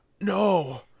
no